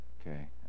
okay